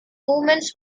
movements